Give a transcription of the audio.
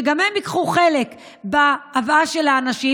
שגם הם ייקחו חלק בהבאה של האנשים?